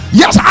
yes